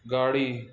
गाड़ी